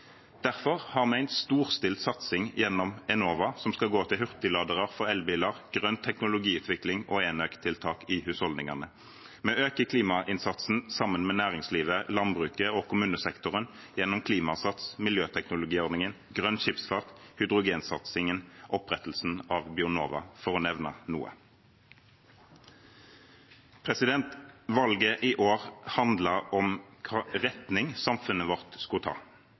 Derfor har vi en storstilt satsing gjennom Enova, som skal gå til hurtigladere for elbiler, grønn teknologiutvikling og enøktiltak i husholdningene. Vi øker klimainnsatsen sammen med næringslivet, landbruket og kommunesektoren gjennom Klimasats, miljøteknologiordningen, grønn skipsfart, hydrogensatsingen og opprettelsen av Bionova – for å nevne noe. Valget i år handlet om hvilken retning samfunnet vårt skulle ta.